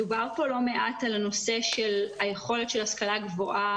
דובר פה לא מעט על היכולת של ההשכלה הגבוהה